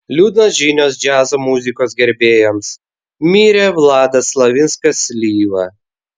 liūdnos žinios džiazo muzikos gerbėjams mirė vladas slavinskas slyva